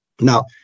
Now